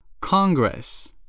Congress